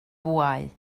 bwâu